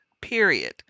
period